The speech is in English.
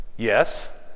Yes